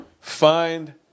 find